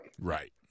right